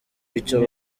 icyo